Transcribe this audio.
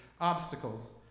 obstacles